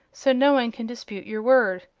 so no one can dispute your word.